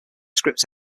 script